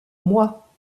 moi